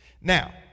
Now